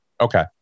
Okay